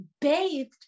bathed